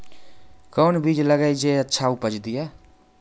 कोंन बीज लगैय जे अच्छा उपज दिये?